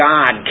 God